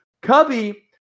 Cubby